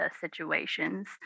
situations